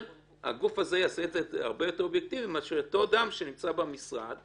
הגוף הזה יעשה את זה הרבה יותר אובייקטיבי מאשר אותו אדם שנמצא במשרד,